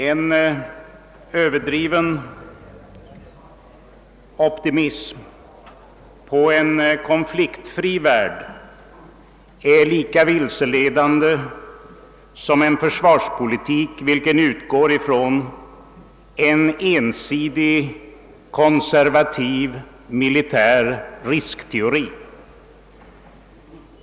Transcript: En överdriven optimism om en konfliktfri värld är lika vilseledande som en försvarspolitik vilken utgår från en ensidig konservativ militär riskteori.